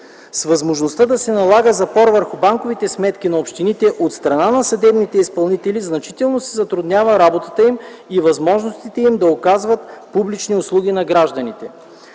С възможността да се налага запор върху банкови сметки на общините от страна на съдебните изпълнители значително се затруднява работата им и възможностите им да оказват публични услуги на гражданите.